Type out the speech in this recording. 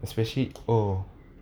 especially oh